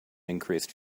increased